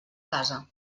casa